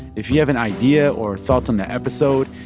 if you have an idea or thoughts on the episode,